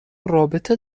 رابطه